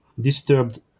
disturbed